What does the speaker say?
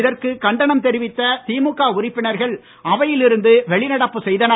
இதற்கு கண்டனம் தெரிவித்து திமுக உறுப்பினர்கள் அவையில் இருந்து வெளிநடப்பு செய்தனர்